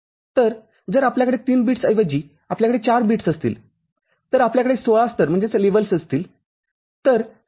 तरजर आपल्याकडे ३ बिट्सऐवजी आपल्याकडे ४ बिट्स असतील तर आपल्याकडे १६ स्तर असतील